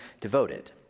devoted